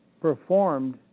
performed